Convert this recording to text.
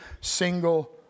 single